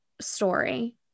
story